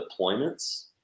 deployments